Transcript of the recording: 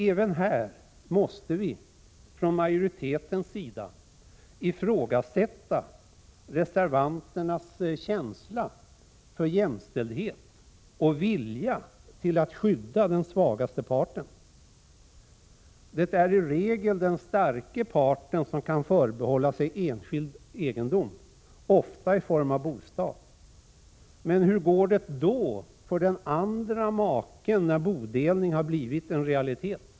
Även här måste vi från majoritetens sida ifrågasätta reservanternas känsla för jämställdhet och vilja till att skydda den svagaste parten. Det är i regel den starka parten som kan förbehålla sig enskild egendom, ofta i form av bostad, men hur går det då för den andra maken när bodelning har blivit en realitet?